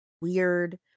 weird